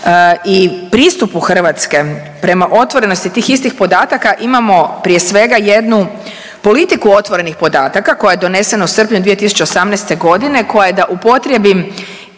i pristupu Hrvatske prema otvorenosti tih istih podataka imamo prije svega jednu politiku otvorenih podataka koja je donesena u srpnju 2018. godine koja je da upotrijebim